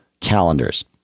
calendars